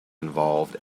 involved